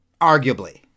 Arguably